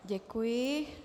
Děkuji.